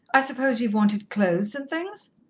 i suppose you've wanted clothes and things.